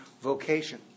vocation